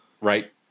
right